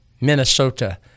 Minnesota